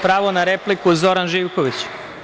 Pravo na repliku, Zoran Živković.